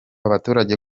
abaturage